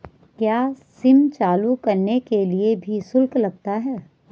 क्या सिम चालू कराने के लिए भी शुल्क लगता है?